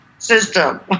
system